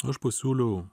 aš pasiūliau